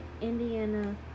indiana